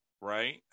right